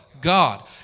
God